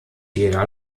jeder